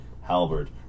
halberd